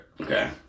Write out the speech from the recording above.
Okay